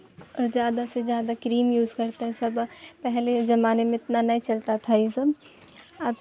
اور زیادہ سے زیادہ کریم یوز کرتا سب پہلے زمانے میں اتنا نہیں چلتا تھا یہ سب اب